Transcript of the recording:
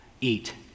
eat